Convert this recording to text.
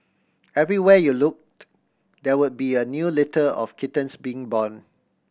everywhere you looked there would be a new litter of kittens being born